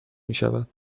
میشود